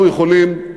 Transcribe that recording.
אנחנו יכולים,